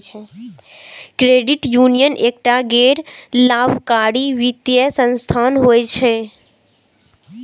credit union एकटा गैर लाभकारी वित्तीय संस्थान होइ छै